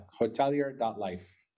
hotelier.life